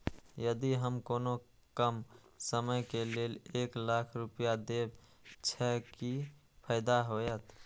यदि हम कोनो कम समय के लेल एक लाख रुपए देब छै कि फायदा होयत?